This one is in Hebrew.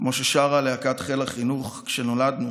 כמו ששרה להקת חיל החינוך: "כשנולדנו